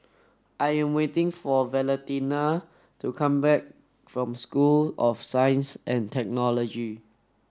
I am waiting for Valentina to come back from School of Science and Technology